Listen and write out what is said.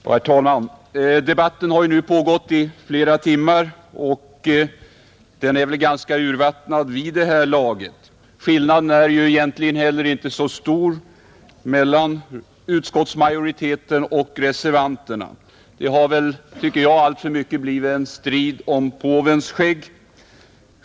Herr talman! Debatten har nu pågått i flera timmar och är väl ganska urvattnad vid det här laget. Skillnaden är ju egentligen inte så stor mellan utskottsmajoriteten och reservanterna, Det har, tycker jag, alltför mycket blivit en strid om påvens skägg.